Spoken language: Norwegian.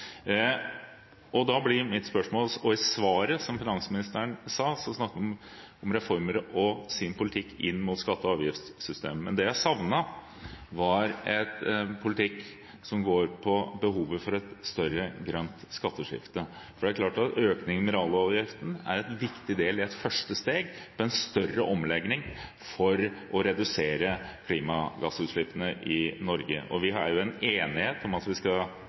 I svaret som finansministeren ga, snakket hun om reformer og sin politikk inn mot avgiftssystemet. Men det jeg savnet, var en politikk som går på behovet for et større grønt skatteskifte. For det er klart at økningen i mineraloljeavgiften er en viktig del i et første steg av en større omlegging for å redusere klimagassutslippene i Norge. Vi har her en enighet om at vi skal